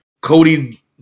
Cody